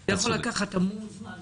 זה יכול לקחת המון זמן.